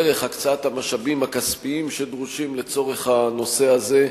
דרך הקצאת המשאבים הכספיים שדרושים לצורך הנושא הזה,